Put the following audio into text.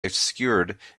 obscured